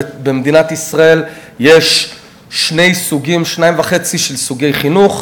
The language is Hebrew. במדינת ישראל יש שניים וחצי סוגי חינוך,